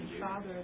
father